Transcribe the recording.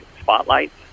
spotlights